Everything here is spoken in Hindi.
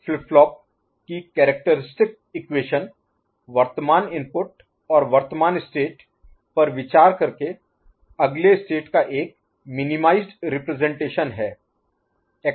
एक फ्लिप फ्लॉप की कैरेक्टरिस्टिक इक्वेशन वर्तमान इनपुट और वर्तमान स्टेट पर विचार करके अगले स्टेट का एक मिनीमाइजड रिप्रजेंटेशन है